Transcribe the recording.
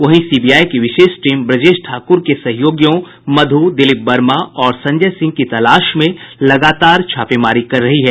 वहीं सीबीआई की विशेष टीम ब्रजेश ठाकुर के सहयोगियों मधु दिलीप वर्मा और संजय सिंह की तलाश में लगातार छापेमारी कर रही है